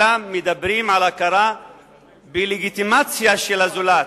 אלא מדברים על הכרה בלגיטימציה של הזולת,